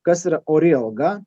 kas yra ori alga